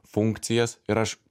funkcijas ir aš